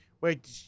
Wait